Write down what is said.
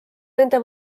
nende